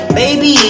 baby